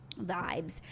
vibes